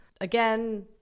Again